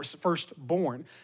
firstborn